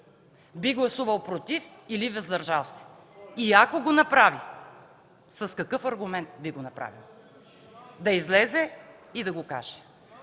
би гласувал „против” или „въздържал се”?! И ако го направи, с какъв аргумент би го направил? Да излезе и да го каже!